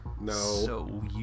No